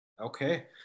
Okay